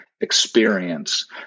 experience